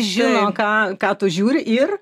žino ką ką tu žiūri ir